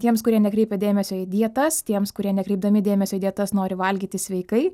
tiems kurie nekreipia dėmesio į dietas tiems kurie nekreipdami dėmesio dietas nori valgyti sveikai